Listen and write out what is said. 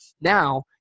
Now